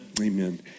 Amen